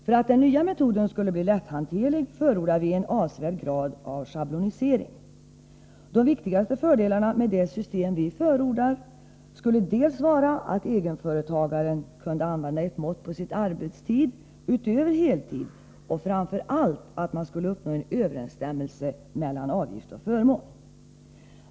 För att den nya metoden skall bli lätthanterlig förordar vi en avsevärd grad av schablonisering. De viktigaste fördelarna med det system vi förordar är att egenföretagaren kunde använda ett mått på sin arbetstid utöver heltid och framför allt att man därigenom skulle uppnå en överensstämmelse mellan avgift och förmån.